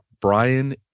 Brian